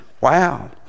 Wow